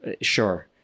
sure